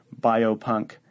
biopunk